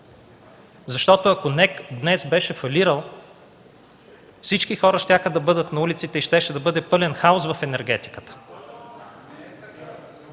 защото, ако НЕК днес беше фалирала, всички хора щяха да бъдат на улиците и щеше да бъде пълен хаос в енергетиката.